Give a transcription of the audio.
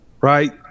right